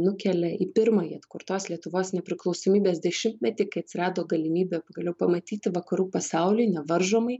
nukelia į pirmąjį atkurtos lietuvos nepriklausomybės dešimtmetį kai atsirado galimybė pagaliau pamatyti vakarų pasaulį nevaržomai